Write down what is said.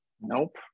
Nope